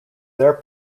their